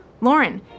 Lauren